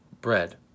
bread